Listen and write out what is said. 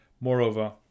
Moreover